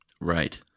Right